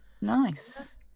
Nice